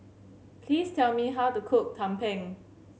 please tell me how to cook Tumpeng